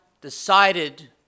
decided